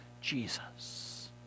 Jesus